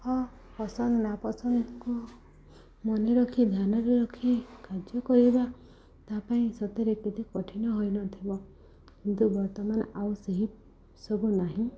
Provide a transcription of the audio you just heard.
ହଁ ପସନ୍ଦ ନାପସନ୍ଦକୁ ମନେ ରଖି ଧ୍ୟାନରେ ରଖି କାର୍ଯ୍ୟ କରିବା ତା' ପାଇଁ ସତରେ କେତେ କଠିନ ହୋଇନଥିବ କିନ୍ତୁ ବର୍ତ୍ତମାନ ଆଉ ସେହି ସବୁ ନାହିଁ